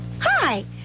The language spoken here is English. Hi